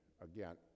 again